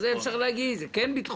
על זה אפשר להגיד: זה כן ביטחוני,